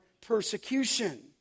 persecution